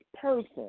person